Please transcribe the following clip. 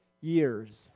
years